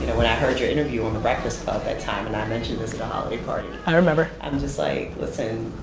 when i heard your interview on the breakfast club that time, and i mentioned this at the holiday party. i remember. i'm just like listen,